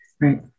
right